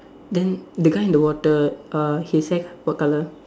then the guy in the water uh his hair what colour